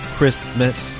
Christmas